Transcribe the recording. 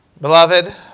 Beloved